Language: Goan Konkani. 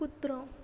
कित्रो